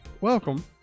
welcome